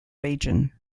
region